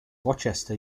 rochester